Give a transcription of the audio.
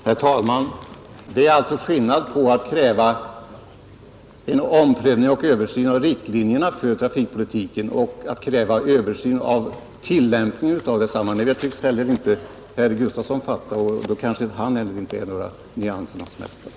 Herr talman! Det är alltså skillnad mellan att kräva en omprövning och översyn av riktlinjerna för trafikpolitiken och att kräva en översyn av tillämpningen av desamma. Det tycks inte herr Gustavsson i Nässjö fatta. Han kanske inte heller är någon nyansernas mästare.